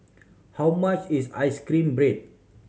how much is ice cream bread